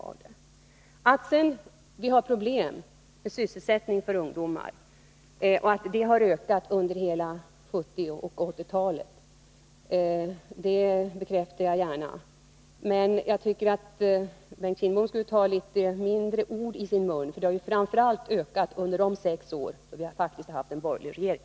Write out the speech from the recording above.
Att vi sedan har problem med sysselsättning för ungdomar och att detta problem har ökat under 1970 och 1980-talen bekräftar jag gärna. Men jag tycker att Bengt Wittbom skulle ta mindre ord i sin mun, för problemet har ju framför allt ökat under de sex år då vi har haft borgerlig regering.